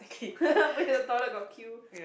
but in the toilet got queue